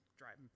Driving